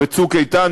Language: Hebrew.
ו"צוק איתן",